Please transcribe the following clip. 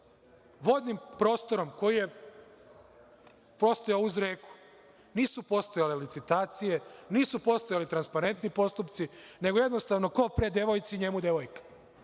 godina? Vodnim prostorom koji je postojao uz reku nisu postojale licitacije, nisu postojali transparentni postupci, nego jednostavno ko pre devojci, njemu devojka.